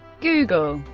google,